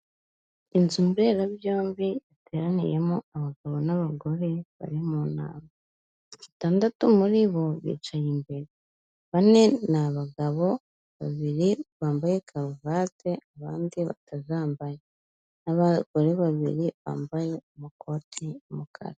Inzu mberabyombi iteraniyemo abagabo n'abagore bari mu nama, batandatu muri bo bicaye imbere bane ni abagabo, babiri bambaye karuvati abandi batazambaye n'abagore babiri bambaye amakoti y'umukara.